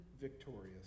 victorious